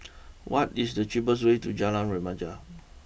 what is the cheapest way to Jalan Remaja